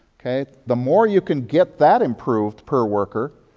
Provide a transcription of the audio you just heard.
the more you can get that improved, per worker,